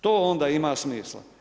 To onda ima smisla.